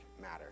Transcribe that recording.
matter